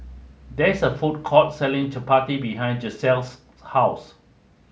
there is a food court selling Chapati behind Giselle's house